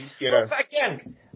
Again